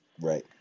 Right